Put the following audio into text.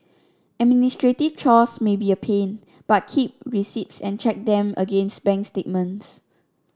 administrative chores may be a pain but keep receipts and check them against bank statements